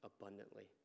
abundantly